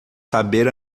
saber